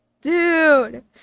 Dude